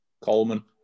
Coleman